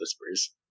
whispers